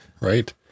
right